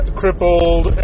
crippled